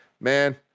man